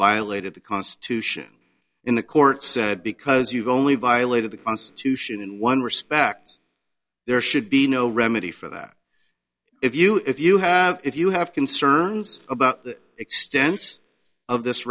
violated the constitution in the court said because you've only violated the constitution in one respect there should be no remedy for that if you if you have if you have concerns about the extent of this